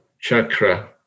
chakra